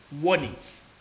warnings